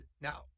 now-